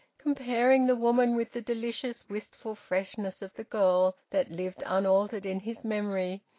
comparing the woman with the delicious wistful freshness of the girl that lived unaltered in his memory,